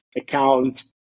account